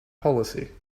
policy